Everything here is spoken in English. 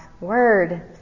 word